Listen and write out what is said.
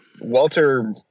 Walter